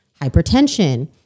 hypertension